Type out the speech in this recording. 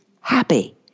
happy